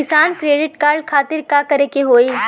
किसान credit card खातिर का करे के होई?